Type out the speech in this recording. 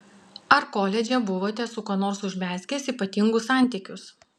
ar koledže buvote su kuo nors užmezgęs ypatingus santykius